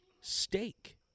steak